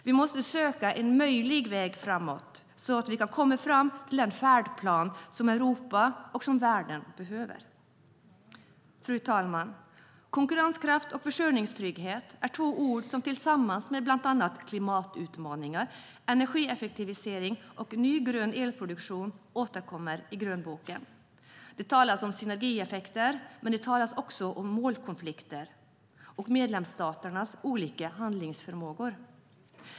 Vi måste söka en möjlig väg framåt, så att vi kan komma fram till den färdplan som Europa och världen behöver. Fru talman! Konkurrenskraft och försörjningstrygghet är två ord som tillsammans med bland annat klimatutmaningar, energieffektivisering och ny grön elproduktion återkommer i grönboken. Det talas om synergieffekter, men det talas också om målkonflikter och om medlemsstaternas olika handlingsförmågor.